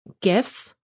Gifts